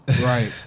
Right